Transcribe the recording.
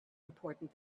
important